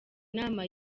nama